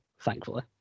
thankfully